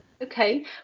Okay